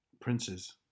princes